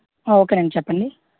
ఆ ఓకేనండి చెప్పండి